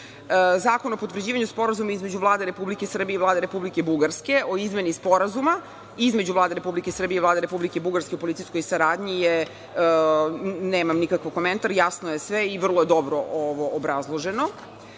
o potvrđivanju Sporazuma između Vlade Republike Srbije i Vlade Republike Bugarske o izmeni Sporazuma između Vlade Republike Srbije i Vlade Republike Bugarske o policijskoj saradnji nemam nikakav komentar, jasno je sve, i vrlo je dobro ovo